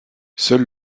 seul